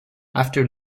after